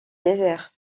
désert